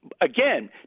again